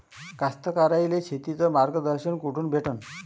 कास्तकाराइले शेतीचं मार्गदर्शन कुठून भेटन?